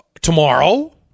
tomorrow